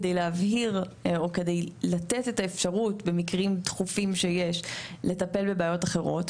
כדי להבהיר או כדי לתת את האפשרות במקרים דחופים שיש לטפל בבעיות אחרות.